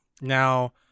Now